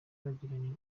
mwagiranye